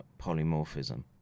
polymorphism